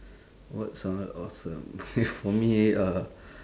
what sounded awesome K for me uh